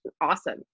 awesome